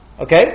Okay